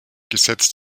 gesetz